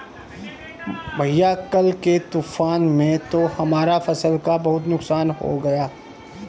भैया कल के तूफान में तो हमारा फसल का बहुत नुकसान हो गया